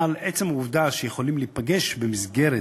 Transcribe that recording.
אבל עצם העובדה שהם יכולים להיפגש במסגרת